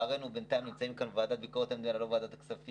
היו כאן יותר ממקרה אחד או שניים,